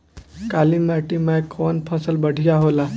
काली माटी मै कवन फसल बढ़िया होला?